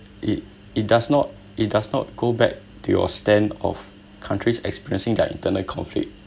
it it does not it does not go back to your stand of countries experiencing their internal conflict